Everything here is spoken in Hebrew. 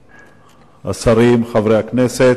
השרים, חברי הכנסת,